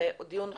דיון חשוב,